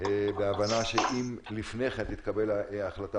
ומתוך הבנה שאם לפני כן תתקבל החלטה